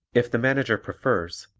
if the manager prefers,